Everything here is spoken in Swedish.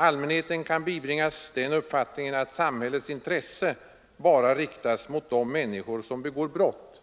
Allmänheten kan bibringas den uppfattningen att samhällets intresse bara riktas mot de människor som begår brott,